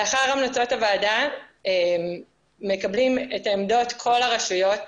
לאחר המלצות הוועדה מקבלים את עמדות כל הרשויות,